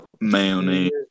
Mayonnaise